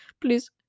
please